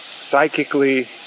psychically